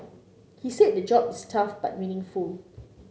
he said the job is tough but meaningful